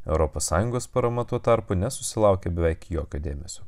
europos sąjungos parama tuo tarpu nesusilaukė beveik jokio dėmesio